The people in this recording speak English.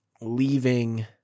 leaving